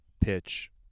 pitch